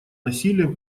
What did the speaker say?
насилием